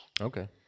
Okay